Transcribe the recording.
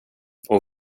och